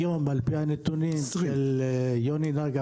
היום על פי הנתונים של יוני נגר,